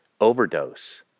overdose